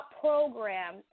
program